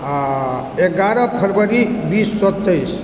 आ एगारह फरवरी बीस सए तेइस